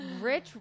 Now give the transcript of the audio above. rich